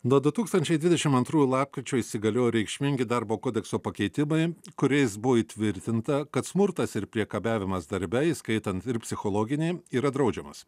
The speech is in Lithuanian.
nuo du tūkstančiai dvidešim antrųjų lapkričio įsigaliojo reikšmingi darbo kodekso pakeitimai kuriais buvo įtvirtinta kad smurtas ir priekabiavimas darbe įskaitant ir psichologinį yra draudžiamas